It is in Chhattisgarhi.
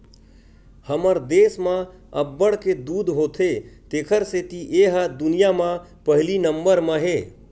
हमर देस म अब्बड़ के दूद होथे तेखर सेती ए ह दुनिया म पहिली नंबर म हे